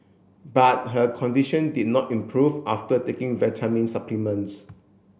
but her condition did not improve after taking vitamin supplements